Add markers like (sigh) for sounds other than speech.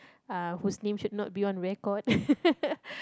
uh whose name should not be on record (laughs)